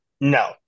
no